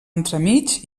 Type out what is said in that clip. entremig